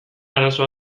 arazo